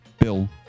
bill